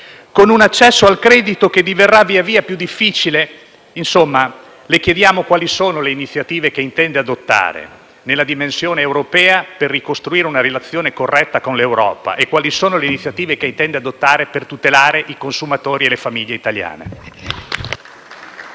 con un accesso al credito che diverrà via via più difficile? Insomma, le chiediamo quali sono le iniziative che intende adottare nella dimensione europea per ricostruire una relazione corretta con l'Europa e quali per tutelare i consumatori e le famiglie italiane. *(Applausi